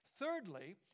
Thirdly